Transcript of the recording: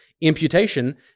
imputation